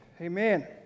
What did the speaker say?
Amen